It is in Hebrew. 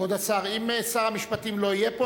כבוד השר, אם שר המשפטים לא יהיה פה,